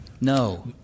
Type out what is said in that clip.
No